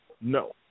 No